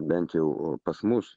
bent jau pas mus